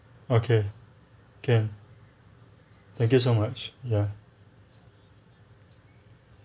okay can thank you so much ya